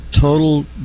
total